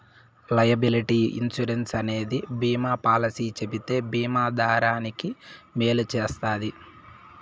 liability insurance అనేది బీమా policy చెబితే బీమా దారానికి మేలు చేస్తది